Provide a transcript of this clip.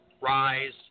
Rise